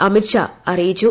അമിത്ഷാ അറിയിച്ചു